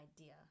idea